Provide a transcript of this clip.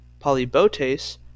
Polybotes